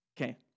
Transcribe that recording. Okay